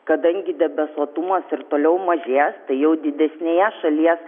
kadangi debesuotumas ir toliau mažės tai jau didesnėje šalies